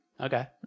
Okay